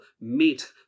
meet